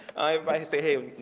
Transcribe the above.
i say